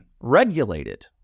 regulated